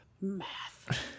Math